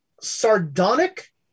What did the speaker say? sardonic